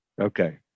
Okay